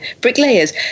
Bricklayers